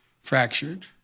fractured